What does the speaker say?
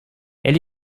elle